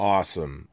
Awesome